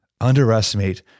underestimate